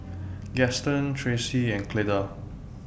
Gaston Traci and Cleda